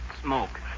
Smoke